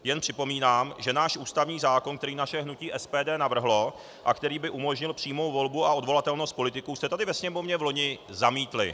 Jen připomínám, že náš ústavní zákon, který naše hnutí SPD navrhlo a který by umožnil přímou volbu a odvolatelnost politiků, jste tady ve Sněmovně vloni zamítli.